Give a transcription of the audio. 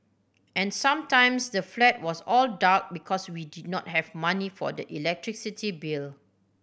and sometimes the flat was all dark because we did not have money for the electricity bill